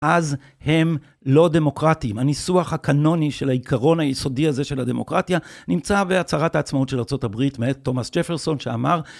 אז הם לא דמוקרטיים. הניסוח הקנוני של העיקרון היסודי הזה של הדמוקרטיה, נמצא בהצהרת העצמאות של ארה״ב מאת תומאס ג'פרסון, שאמר...